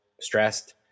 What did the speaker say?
stressed